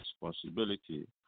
responsibility